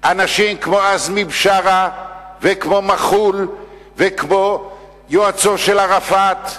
אנשים כמו עזמי בשארה וכמו מח'ול וכמו יועצו של ערפאת,